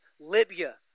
Libya